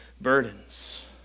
burdens